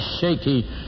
shaky